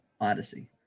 Odyssey